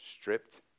stripped